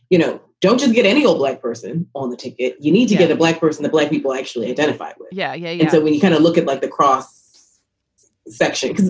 you know, don't just get any old black person on the ticket. you need to get a black person the black people actually identify. but yeah. yeah. and so when you kind of look at, like, the cross section,